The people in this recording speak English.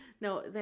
No